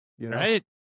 Right